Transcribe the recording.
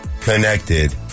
connected